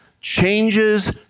changes